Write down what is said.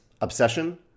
Obsession